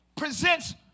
presents